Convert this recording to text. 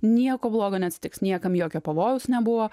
nieko blogo neatsitiks niekam jokio pavojaus nebuvo